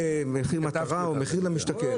מחיר מטרה או מחיר למשתכן.